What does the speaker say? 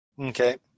Okay